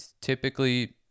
typically